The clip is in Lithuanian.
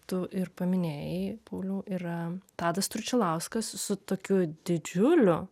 tu ir paminėjai pauliau yra tadas tručilauskas su tokiu didžiuliu